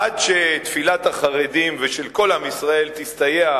עד שתפילת החרדים וכל עם ישראל תסתייע,